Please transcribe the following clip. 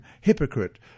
Hypocrite